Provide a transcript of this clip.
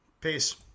peace